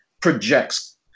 projects